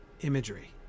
imagery